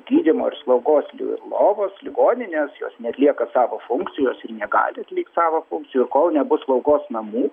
gydymo ir slaugos li lovos ligoninės jos neatlieka savo funkcijos ir negali atlikt savo funkcijų ir kol nebus slaugos namų